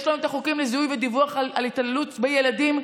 יש לנו חוקים לזיהוי ולדיווח על התעללות בילדים,